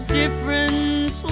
difference